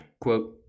quote